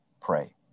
pray